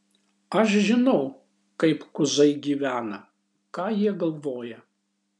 aš žinau kaip kuzai gyvena ką jie galvoja